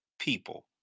people